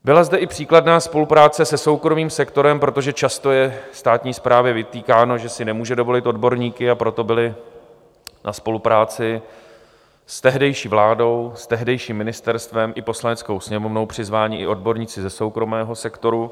Byla zde i příkladná spolupráce se soukromým sektorem, protože často je státní správě vytýkáno, že si nemůže dovolit odborníky, a proto byli na spolupráci s tehdejší vládou, s tehdejším ministerstvem i Poslaneckou sněmovnou přizváni i odborníci ze soukromého sektoru.